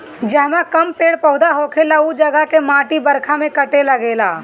जहवा कम पेड़ पौधा होखेला उ जगह के माटी बरखा में कटे लागेला